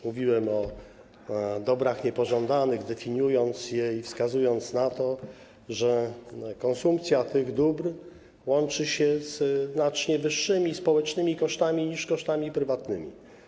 Mówiłem o dobrach niepożądanych, definiując je i wskazując na to, że konsumpcja tych dóbr łączy się ze znacznie wyższymi kosztami społecznymi niż kosztami prywatnymi.